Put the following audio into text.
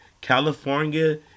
California